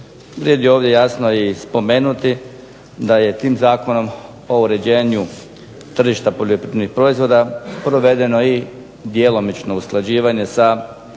Vrijedi ovdje jasno i spomenuti da je tim Zakonom o uređenju tržišta poljoprivrednih proizvoda provedeno i djelomično usklađivanje sa